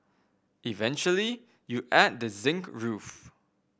eventually you add the zinc roof